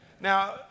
Now